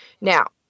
Now